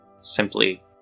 simply